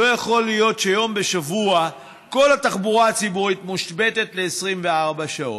לא יכול להיות שיום בשבוע כל התחבורה הציבורית מושבתת ל-24 שעות.